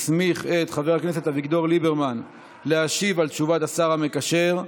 הסמיך את חבר הכנסת אביגדור ליברמן להשיב על תשובת השר המקשר,